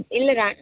இல்லைதா